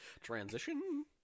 Transition